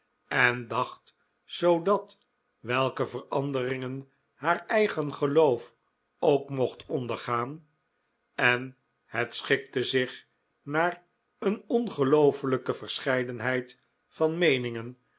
en dacht zoodat welke veranderingen haar eigen geloof ook mocht ondergaan en het schikte zich naar een ongeloofelijke verscheidenheid van meeningen